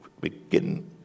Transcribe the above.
begin